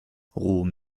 rom